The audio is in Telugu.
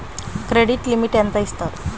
క్రెడిట్ లిమిట్ ఎంత ఇస్తారు?